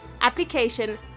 application